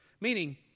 Meaning